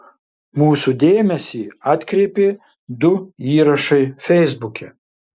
mūsų dėmesį atkreipė du įrašai feisbuke